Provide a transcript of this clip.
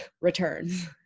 returns